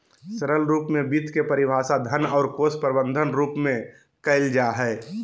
सरल रूप में वित्त के परिभाषा धन और कोश प्रबन्धन रूप में कइल जा हइ